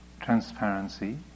transparency